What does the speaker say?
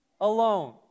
alone